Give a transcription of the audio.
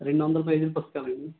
రెండు వందలు పేజీలు పుస్తకాలు ఇవ్వు